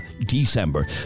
December